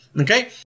okay